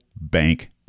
bank